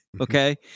Okay